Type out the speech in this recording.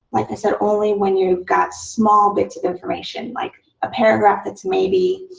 like i said, only when you've got small bits of information like a paragraph that's maybe,